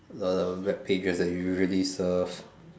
the webpages that you really serve